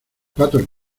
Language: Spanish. patos